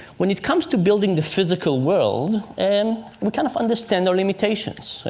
when it comes to building the physical world, and we kind of understand our limitations.